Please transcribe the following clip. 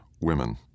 women